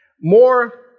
More